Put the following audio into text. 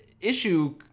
issue